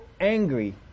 angry